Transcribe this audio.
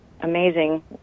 amazing